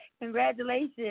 Congratulations